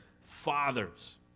fathers